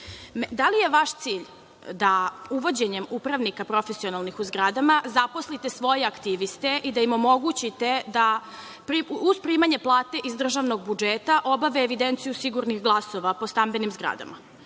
li je vaš cilj da uvođenjem upravnika profesionalnih u zgradama zaposlite svoje aktiviste i da im omogućite uz primanje plate iz državnog budžeta obave evidenciju sigurnih glasova po stambenim zgradama?